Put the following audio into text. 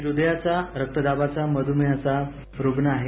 मी हृदयाचा रक्तदाबाचा मध्मेहाचा रुग्ण आहे